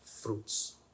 fruits